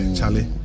Charlie